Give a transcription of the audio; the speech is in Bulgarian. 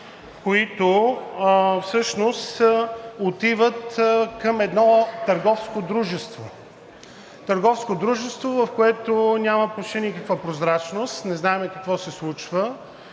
които всъщност отиват към едно търговско дружество. Търговско дружество, в което няма почти никаква прозрачност, не знаем какво се случва,